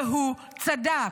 והוא צדק.